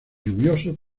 lluviosos